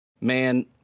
Man